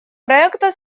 проекта